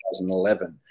2011